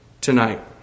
tonight